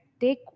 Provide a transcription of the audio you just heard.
Take